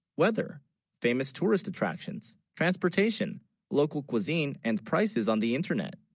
whether famous tourist attractions transportation local cuisine and prices on the internet